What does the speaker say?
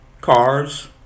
cars